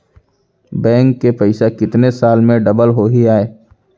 Bank में पइसा कितने साल में डबल होही आय?